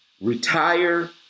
retire